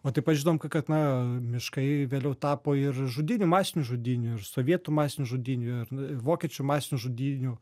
o taip pat žinom ka kad na miškai vėliau tapo ir žudynių masinių žudynių ir sovietų masinių žudynių ir vokiečių masinių žudynių